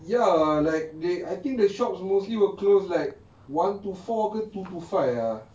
ya like they I think the shops mostly will close like one to four ke two to five ah